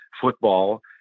football